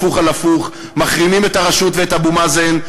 הפוך על הפוך: מחרימים את הרשות ואת אבו מאזן,